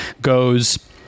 goes